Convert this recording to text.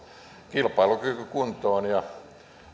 kilpailukyky kuntoon ja